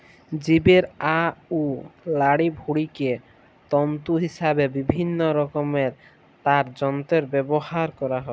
জীবের আঁত অ লাড়িভুঁড়িকে তল্তু হিসাবে বিভিল্ল্য রকমের তার যল্তরে ব্যাভার ক্যরা হ্যয়